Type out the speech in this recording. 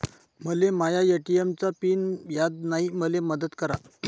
मले माया ए.टी.एम चा पिन याद नायी, मले मदत करा